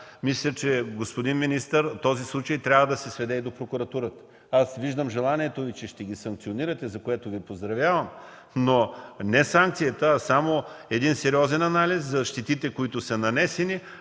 Мисля, господин министър, че този случай трябва да се сведе и до прокуратурата. Виждам желанието Ви да ги санкционирате, за което Ви поздравявам, но не само санкция, а и един сериозен анализ за щетите, които са нанесени,